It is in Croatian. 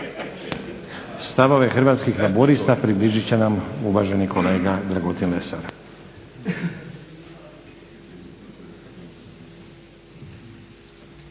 Stavove Hrvatskih laburista približit će nam uvaženi kolega Dragutin Lesar.